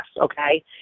Okay